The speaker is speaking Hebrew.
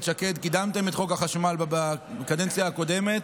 שקד קידמתם את חוק החשמל בקדנציה הקודמת.